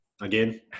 Again